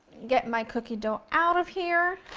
get my cookie dough out of here.